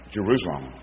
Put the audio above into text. Jerusalem